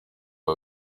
uyu